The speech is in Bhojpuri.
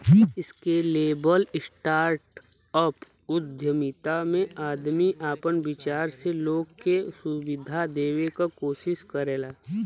स्केलेबल स्टार्टअप उद्यमिता में आदमी आपन विचार से लोग के सुविधा देवे क कोशिश करला